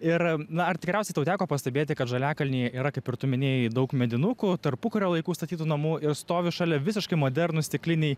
ir na ar tikriausiai tau teko pastebėti kad žaliakalnyje yra kaip ir tu minėjai daug medinukų tarpukario laikų statytų namų ir stovi šalia visiškai modernūs stikliniai